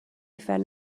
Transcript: phen